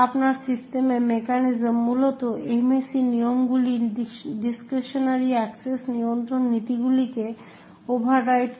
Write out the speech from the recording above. আপনার সিস্টেমে মেকানিজম মূলত MAC নিয়মগুলি ডিসক্রিশনারি অ্যাক্সেস নিয়ন্ত্রণ নীতিগুলিকে ওভাররাইট করে